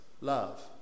love